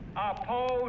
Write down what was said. oppose